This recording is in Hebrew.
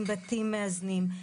עם בתים מאזנים,